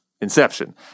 inception